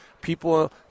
people